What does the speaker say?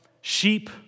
Sheep